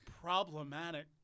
problematic